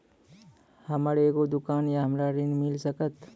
हमर एगो दुकान या हमरा ऋण मिल सकत?